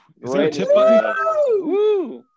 right